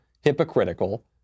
hypocritical